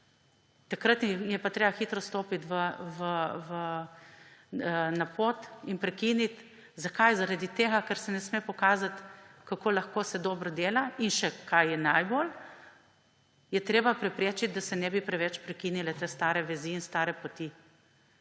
takrat je pa treba hitro stopiti na pot in prekiniti. Zakaj? Zaradi tega, ker se ne sme pokazati, kako se lahko dobro dela, in še kar je najbolj, je treba preprečiti, da se ne bi preveč prekinile te stare vezi in stare poti.